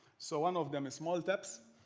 so one of them is malt apps.